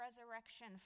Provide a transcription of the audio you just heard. resurrection